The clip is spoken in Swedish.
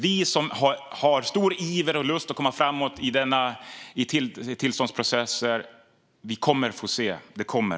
Vi som har stor iver och lust att komma framåt i fråga om tillståndsprocesser kommer att få se. Det kommer.